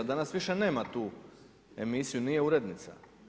Danas više nema tu emisiju, nije urednica.